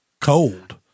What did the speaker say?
cold